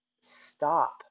stop